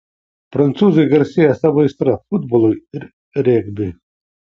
prancūzai garsėja savo aistra futbolui ir regbiui